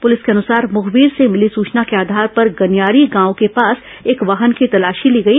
प्रलिस के अनुसार मुखबिर से मिली सूचना के आधार पर गनियारी गांव के पास एक वाहन की तलाशी ली गई